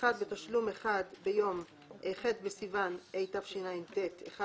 בתשלום אחד ביום כ"ח בסיוון התשע"ט (1